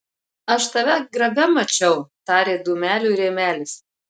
aš tave grabe mačiau tarė dūmeliui rėmelis